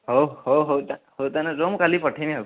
ହଉ ହଉ ହଉ ହଉ ତାହେନେ ରୁହ ମୁଁ କାଲି ପଠେଇମି ଆଉ